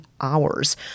hours